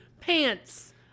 pants